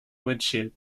windshield